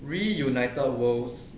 reunited worlds